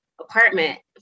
apartment